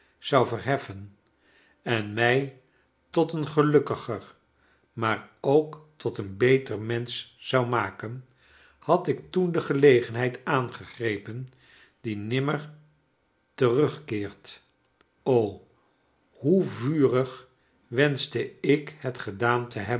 zou verheffen en mij tot een gelukkiger maar ook tot een beter mensch zou maken had ik toen de gelegenheid aangegrepen die nimmer terugkeert o hoe vurig wenschte ik het gedaan te hebben